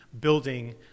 building